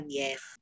yes